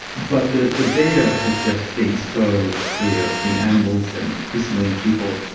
but the the data has just been so clear in animals and increasingly in people